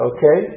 Okay